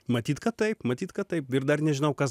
matyt kad taip matyt kad taip ir dar nežinau kas